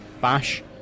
Bash